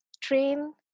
train